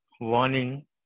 warning